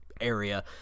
area